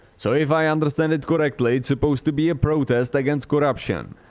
so if i understand it correctly it suppose to be a protest against corruption.